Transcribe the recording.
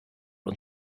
und